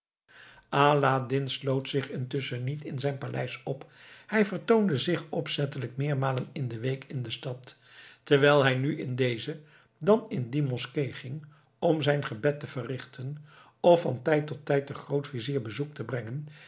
aladdin sloot zich intusschen niet in zijn paleis op hij vertoonde zich opzettelijk meermalen in de week in de stad terwijl hij nu in deze dan in die moskee ging om zijn gebed te verrichten of van tijd tot tijd den grootvizier bezoek te brengen